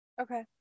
Okay